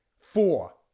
four